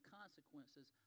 consequences